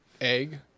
egg